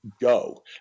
go